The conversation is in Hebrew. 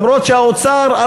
למרות שהאוצר,